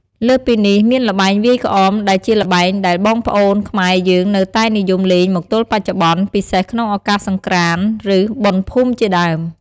លើសពីនេះមានល្បែងវាយក្អម ដែលជាល្បែងដែលបងប្អូនខ្មែរយើងនៅតែនិយមលេងមកទល់បច្ចុប្បន្ន ពិសេសក្នុងឱកាសសង្ក្រាន្ត ឬ បុណ្យភូមិជាដើម។